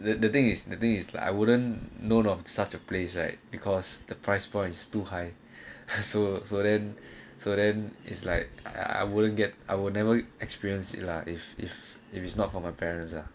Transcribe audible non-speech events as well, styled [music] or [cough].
that the thing is the thing is like I wouldn't know of such a place right because the price points to high [laughs] so so then so then is like I wouldn't get I will never experience it lah if if if it's not for my parents lah